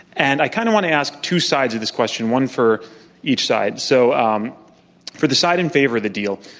and i kind of want to ask two sides of this question, one for each side. so um for the side in favor of the deal,